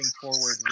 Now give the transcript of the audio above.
forward